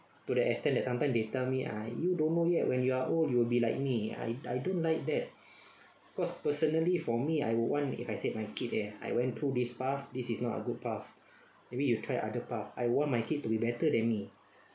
to the extent that sometime they tell me ah you don't know yet when you are old you will be like me I I don't like that cause personally for me I would want if I said my kid eh I went through this path this is not a good path maybe you try other path I want my kid to be better than me